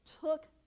took